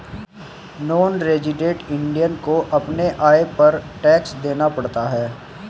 non resident Indian को अपने आय पर टैक्स देना पड़ता है